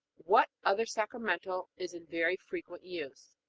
what other sacramental is in very frequent use?